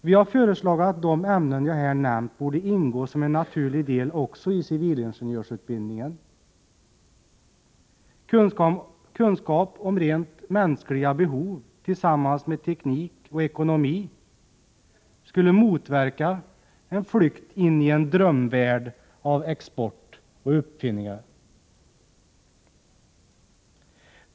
Vi har föreslagit att de ämnen som jag här har nämnt borde ingå som en naturlig del också i civilingenjörsutbildningen. Kunskap om rent mänskliga behov tillsammans med teknik och ekonomi skulle motverka en flykt in i en drömvärld av export och uppfinningar.